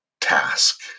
task